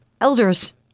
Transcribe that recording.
elders